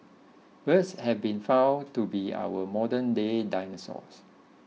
birds have been found to be our modern day dinosaurs